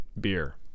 beer